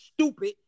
stupid